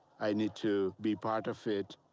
i need to be part of it.